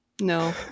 no